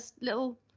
little